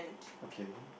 okay